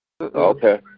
Okay